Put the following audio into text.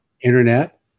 Internet